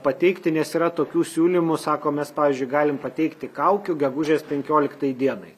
pateikti nes yra tokių siūlymų sako mes pavyzdžiui galim pateikti kaukių gegužės penkioliktai dienai